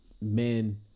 men